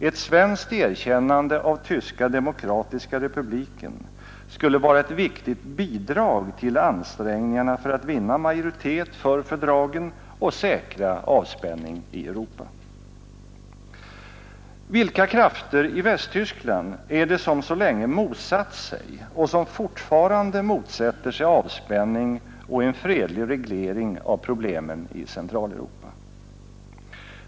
Ett svenskt erkännande av Tyska demokratiska republiken skulle vara ett viktigt bidrag till ansträngningarna för att vinna majoritet för fördragen och säkra avspänning i Europa. Vilka krafter i Västtyskland är det som så länge motsatt sig och som fortfarande motsätter sig avspänning och en fredlig reglering av problemen i Centraleuropa?